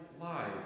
life